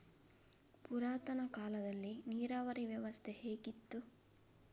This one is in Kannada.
ಪುರಾತನ ಕಾಲದಲ್ಲಿ ನೀರಾವರಿ ವ್ಯವಸ್ಥೆ ಹೇಗಿತ್ತು?